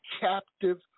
captive